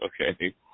okay